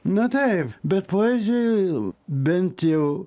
na taip bet poezijoj bent jau